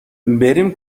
بریم